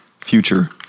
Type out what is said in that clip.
future